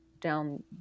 down